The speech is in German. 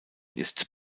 ist